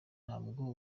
ntabwo